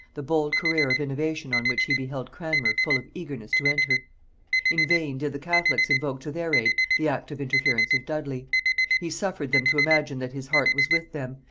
the bold career of innovation on which he beheld cranmer full of eagerness to enter in vain did the catholics invoke to their aid the active interference of dudley he suffered them to imagine that his heart was with them,